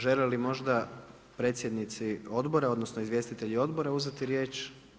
Žele li možda predsjednici odbora odnosno izvjestitelji odbora uzeti riječ?